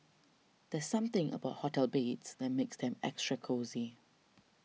there's something about hotel beds that makes them extra cosy